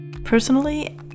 Personally